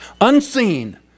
Unseen